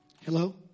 Hello